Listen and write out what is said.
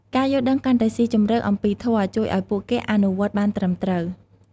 ការយល់ដឹងកាន់តែស៊ីជម្រៅអំពីធម៌ ជួយឱ្យពួកគេអនុវត្តបានត្រឹមត្រូវ។